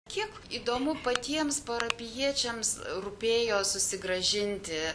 kiek įdomu patiems parapijiečiams rūpėjo susigrąžinti